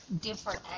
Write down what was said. different